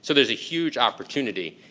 so there's a huge opportunity.